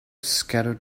scattered